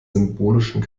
symbolischen